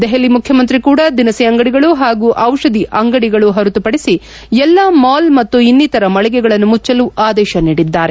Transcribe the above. ದೆಪಲಿ ಮುಖ್ಯಮಂತ್ರಿ ಕೂಡ ದಿನಸಿ ಅಂಗಡಿಗಳು ಮತ್ತು ಔಷಧ ಅಂಗಡಿಗಳು ಹೊರತುಪಡಿಸಿ ಎಲ್ಲ ಮಾಲ್ ಪಾಗೂ ಇನ್ನಿತರ ಮಳಿಗೆಗಳನ್ನು ಮುಚ್ಚಲು ಆದೇಶ ನೀಡಿದ್ದಾರೆ